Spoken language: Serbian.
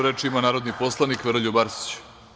Reč ima narodni poslanik Veroljub Arsić.